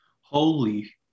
Holy